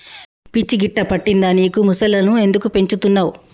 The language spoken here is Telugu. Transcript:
పిచ్చి గిట్టా పట్టిందా నీకు ముసల్లను ఎందుకు పెంచుతున్నవ్